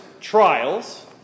trials